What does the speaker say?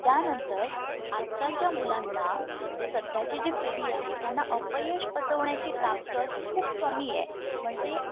त्यानंतर आजकालच्या मुलांना म्हणजे सध्याची जी पिढी आहे त्यांना अपयश पचवण्याची ताकद खूप कमी आहे म्हणजे